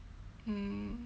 mm